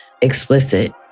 explicit